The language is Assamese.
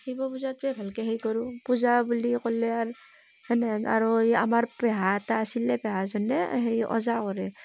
শিৱ পূজাটোৱে ভালকৈ হেৰি কৰোঁ পূজা বুলি ক'লে আৰু সেনেহেন আৰু এই আমাৰ পেহা এটা আছিলে পেহাজনে সেই ওজা কৰে